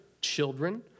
children